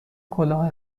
کلاه